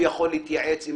הוא יכול להתייעץ עם